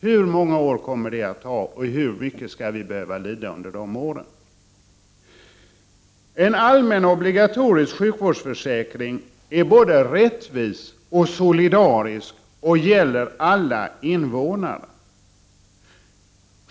Hur många år kommer det att ta, och hur mycket skall vi behöva lida under de åren? En allmän obligatorisk sjukvårdsförsäkring är både rättvis och solidarisk och gäller alla invånare.